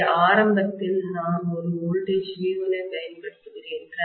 எனவே ஆரம்பத்தில் நான் ஒரு வோல்டேஜ் V1 ஐப் பயன்படுத்துகிறேன்